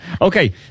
Okay